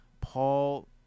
Paul